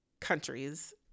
countries